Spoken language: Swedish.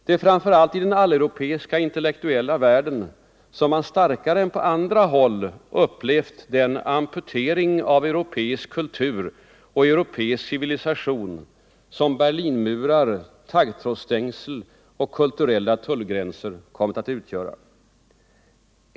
Det är framför allt i den alleuropeiska intellektuella världen som man starkare än på andra håll upplevt den amputering av europeisk kultur och europeisk civilisation som Berlinmurar, taggtrådsstängsel och kulturella tullgränser kommit att utgöra.